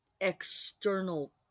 external